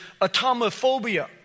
atomophobia